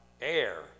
air